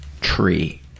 tree